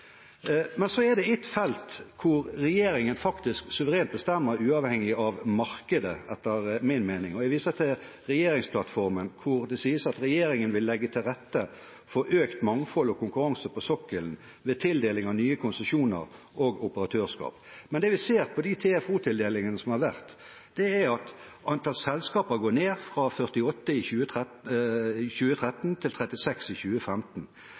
Men så er det et felt hvor regjeringen faktisk suverent bestemmer, uavhengig av markedet etter min mening. Jeg viser til regjeringsplattformen, hvor det sies at regjeringen vil «legge til rette for økt mangfold og konkurranse på sokkelen ved tildeling av nye konsesjoner og operatørskap». Men det vi ser på de TFO-tildelingene som har vært, er at antall selskaper går ned fra 48 i 2013 til 36 i 2015.